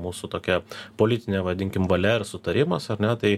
mūsų tokia politinė vadinkim valia ir sutarimas ar ne tai